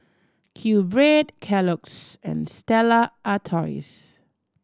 QBread Kellogg's and Stella Artois